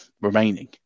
remaining